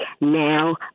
now